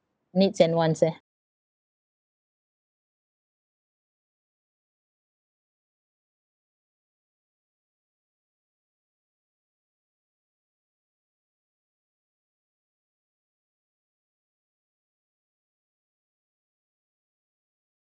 needs and wants eh